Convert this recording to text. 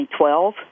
2012